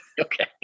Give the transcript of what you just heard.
Okay